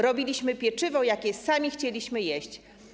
Robiliśmy pieczywo, jakie sami chcieliśmy jeść.